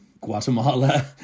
Guatemala